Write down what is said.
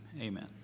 amen